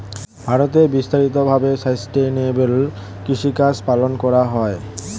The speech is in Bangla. ভারতে বিস্তারিত ভাবে সাসটেইনেবল কৃষিকাজ পালন করা হয়